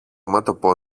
μέτωπο